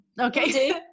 Okay